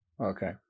Okay